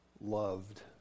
loved